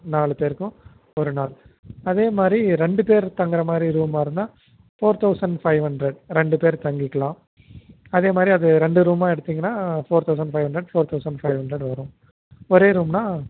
நாலு பேருக்கும் ஒரு நாள் அதேமாதிரி ரெண்டு பேர் தங்குறமாதிரி ரூம்மாக இருந்தால் ஃபோர் தௌசண்ட் ஃபைவ் ஹண்ட்ரட் ரெண்டு பேரு தங்கிக்கலாம் அதே மாதிரி அது ரெண்டு ரூம்மாக எடுத்தீங்கனால் four thousand five hundred four thousand five hundred வரும் ஒரே ரூம்னால்